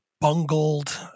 bungled